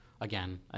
again